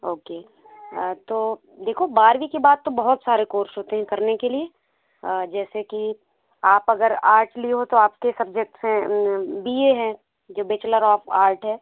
okay तो देखो बारहवी के बाद तो बहुत सारे कोर्स होते हैं करने के लिए जैसे की आप अगर आर्ट लिए हों तो आप के सब्जेक्ट्स हैं बी ए है जो बैचलर ऑफ़ आर्ट हैं